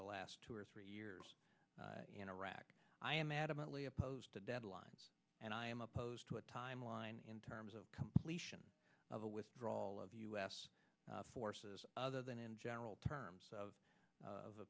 the last two or three years in iraq i am adamantly opposed to deadlines and i am opposed to a timeline in terms of completion of the withdrawal of u s forces other than in general terms of